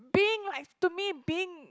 being like to me being